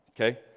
okay